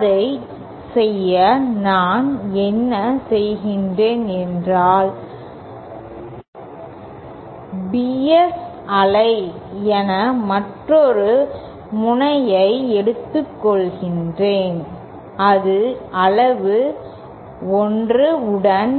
அதைச் செய்ய நான் என்ன செய்கிறேன் என்றால் பBS அலை என மற்றொரு முனையை எடுத்துக்கொள்கிறேன் அது அளவு 1 உடன்